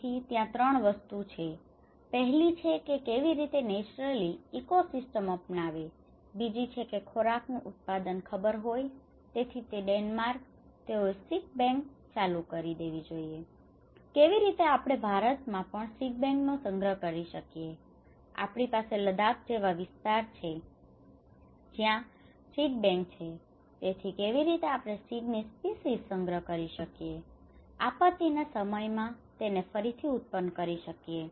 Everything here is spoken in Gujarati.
તેથી ત્યાં 3 વસ્તુઓ છે પહેલી છે કે કેવી રોતે નેચરલી ઈકોસીસ્ટમ અપનાવે છે બીજી છે કે ખોરાક નું ઉત્પાદન ખબર હોય તેથી તે માટે ડેનમાર્ક તેઓએ સિડબેન્ક ચાલુ કરી કેવી રીતે આપણે ભારત માં પણ સિડબેન્ક નો સંગ્રહ કરી શકીએ આપણી પાસે લદ્દાખ જેવા વિસ્તર છે જ્યાં સિડબેન્ક છે તેથી કેવી રીતે આપણે સીડ ની સ્પીસીઝ સંગ્રહ કરી શકીએ કે તેથી આપત્તિ ના સમય માં તેને ફરીથી ઉત્પન્ન કરી શકીએ